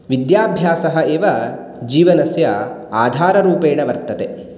विद्याभ्यासः एव जीवनस्य आधाररूपेण वर्तते